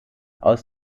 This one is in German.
aus